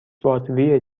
باتری